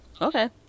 okay